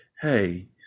hey